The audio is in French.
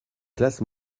classes